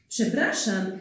Przepraszam